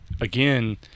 again